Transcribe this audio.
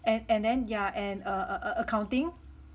and and then yeah and err err accounting